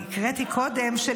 אני הקראתי קודם.